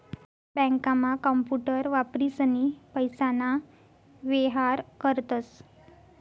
आता बँकांमा कांपूटर वापरीसनी पैसाना व्येहार करतस